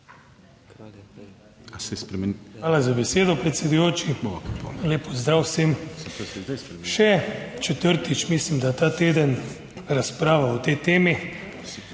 Hvala za besedo, predsedujoči. Lep pozdrav vsem! Še četrtič mislim, da ta teden razprava o tej temi,